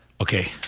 okay